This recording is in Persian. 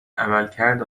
عملکرد